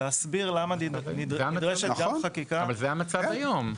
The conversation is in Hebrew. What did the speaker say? מה שאומר היושב-ראש,